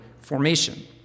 formation